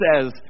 says